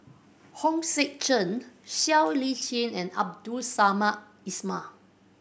Hong Sek Chern Siow Lee Chin and Abdul Samad Ismail